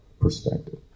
perspective